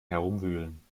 herumwühlen